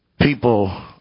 people